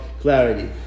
clarity